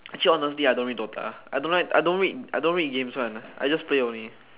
actually honestly I don't read DOTA I don't read I don't read games one I just play only